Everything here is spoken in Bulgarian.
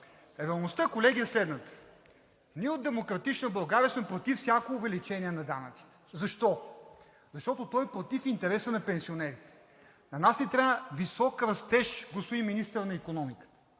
Реалността, колеги, е следната. Ние от „Демократична България“ сме против всяко увеличение на данъците. Защо? Защото е против интереса на пенсионерите. На нас ни трябва висок растеж, господин Министър на икономиката,